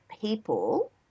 people